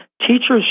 Teachers